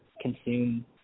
consume